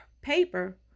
paper